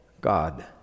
God